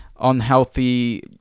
unhealthy